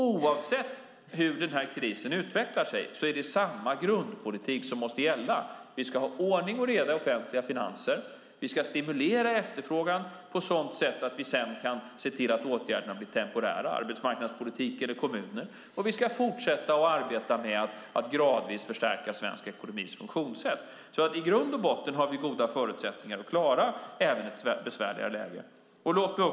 Oavsett hur krisen utvecklas är det samma grundpolitik som måste gälla. Vi ska ha ordning och reda i offentliga finanser. Vi ska stimulera efterfrågan på ett sådant sätt att vi kan se till att åtgärderna blir temporära - arbetsmarknadspolitik eller kommuner. Vi ska fortsätta att arbeta med att gradvis förstärka svensk ekonomis funktionssätt. I grund och botten har vi goda förutsättningar att klara även ett besvärligare läge.